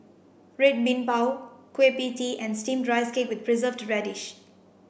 red bean Bao Kueh pie tee and steamed rice cake with preserved radish